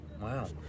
Wow